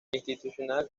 institucional